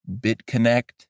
BitConnect